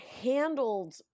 handled